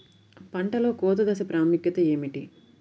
పంటలో కోత దశ ప్రాముఖ్యత ఏమిటి?